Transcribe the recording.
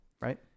right